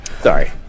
Sorry